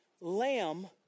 lamb